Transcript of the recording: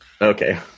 okay